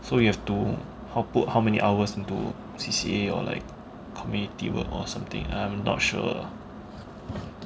so you have to how put how many hours into C_C_A or like community or something I'm not sure